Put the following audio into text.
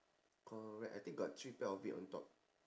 correct I think got three pair of it on top